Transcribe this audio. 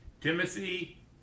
Timothy